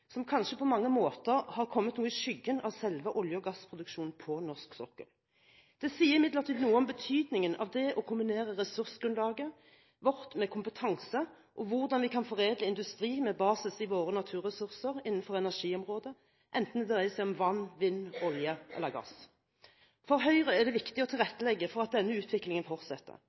som kanskje på mange måter har kommet noe i skyggen av selve olje- og gassproduksjonen på norsk sokkel. Det sier imidlertid noe om betydningen av det å kombinere ressursgrunnlaget vårt med kompetanse, og hvordan vi kan foredle industri med basis i våre naturressurser innenfor energiområdet, enten det dreier seg om vann, vind, olje eller gass. For Høyre er det viktig å tilrettelegge for at denne utviklingen fortsetter.